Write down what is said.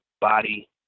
body